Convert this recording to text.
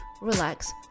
relax